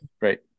right